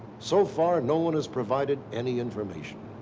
so far no one has provided any information.